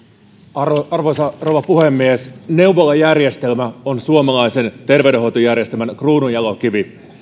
arvoisa arvoisa rouva puhemies neuvolajärjestelmä on suomalaisen terveydenhoitojärjestelmän kruununjalokivi